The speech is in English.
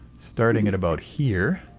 starting at about here,